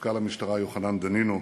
מפכ"ל המשטרה יוחנן דנינו,